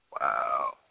Wow